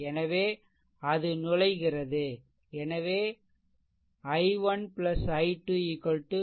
எனவே அது நுழைகிறது எனவே ri1 i2 5